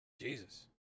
Jesus